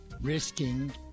risking